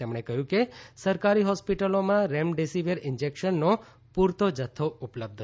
તેમણે કહ્યું કે સરકારી હોસ્પિટલોમાં રેમડેસિવિર ઈંજેક્શનનો પૂરતો જથ્થો ઉપલબ્ધ છે